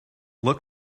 look